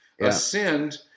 ascend